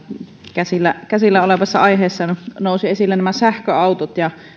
käsillä käsillä olevassa aiheessa nousivat esille sähköautot ja